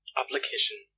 application